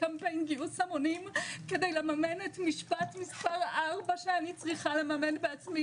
קמפיין גיוס המונים כדי לממן את משפט מספר 4 שאני צריכה לממן בעצמי,